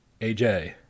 AJ